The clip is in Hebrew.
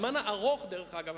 דרך אגב,